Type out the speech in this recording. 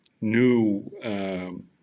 new